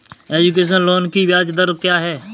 Education loan की ब्याज दर क्या है?